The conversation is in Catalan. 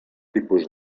tipus